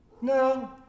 No